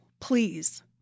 Please